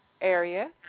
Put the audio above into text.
area